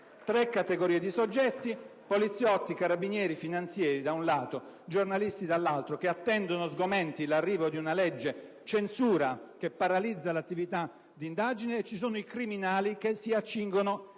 tre categorie di soggetti: poliziotti, carabinieri e finanzieri da un lato e giornalisti dall'altro, che attendono sgomenti l'arrivo di una legge censura che paralizza l'attività di indagine; e poi ci sono i criminali che si accingono